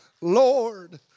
Lord